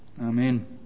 Amen